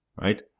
right